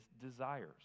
desires